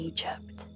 Egypt